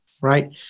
right